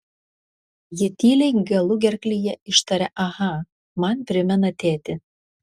ji tyliai galugerklyje ištaria aha man primena tėtį